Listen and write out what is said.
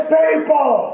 people